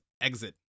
exit